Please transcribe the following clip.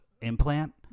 Implant